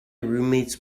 roommate’s